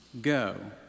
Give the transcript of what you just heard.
Go